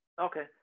Okay